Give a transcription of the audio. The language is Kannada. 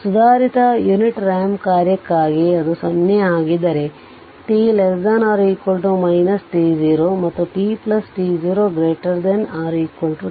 ಸುಧಾರಿತ ಯುನಿಟ್ ರಾಂಪ್ ಕಾರ್ಯಕ್ಕಾಗಿ ಅದು 0 ಆಗಿದ್ದರೆ t t0 ಮತ್ತು t t0 t t0